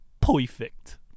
perfect